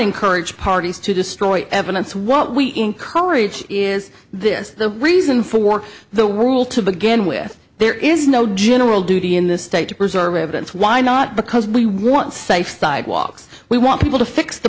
encourage parties to destroy evidence what we encourage is this the reason for the rule to begin with there is no general duty in this state to preserve evidence why not because we want safe sidewalks we want people to fix the